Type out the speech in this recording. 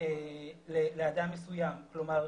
לאדם מסוים, כלומר,